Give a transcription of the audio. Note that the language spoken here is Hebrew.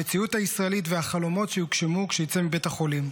על המציאות הישראלית ועל החלומות שיוגשמו כשיצא מבית החולים.